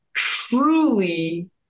truly